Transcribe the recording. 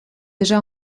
déjà